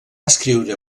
escriure